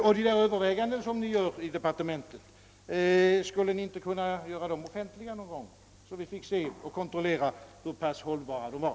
Och de överväganden som ni gör i departementet — skulle ni inte kunna låta dem bli offentliga någon gång, så att vi fick kontrollera hur pass hållbara de är?